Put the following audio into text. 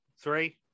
three